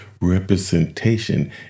representation